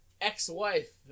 ex-wife